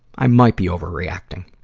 i might be overreacting.